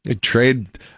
Trade